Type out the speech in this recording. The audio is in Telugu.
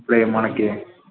ఇప్పుడు అవి మనకి